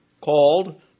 called